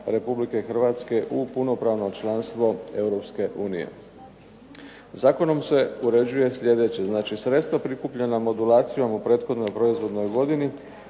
Republike Hrvatske u punopravno članstvo Europske unije. Zakonom se uređuje sljedeće. Znači, sredstva prikupljena modulacijom u prethodnoj proizvodnoj godini